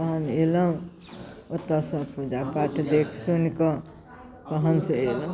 तहन अएलहुँ ओतऽसँ पूजा पाठ देखि सुनिकऽ तहन से अएलहुँ